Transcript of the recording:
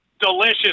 delicious